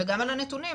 וגם על הנתונים.